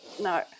No